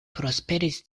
prosperis